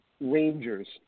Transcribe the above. Rangers